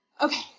Okay